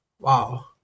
Wow